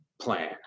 plan